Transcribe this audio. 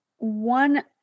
One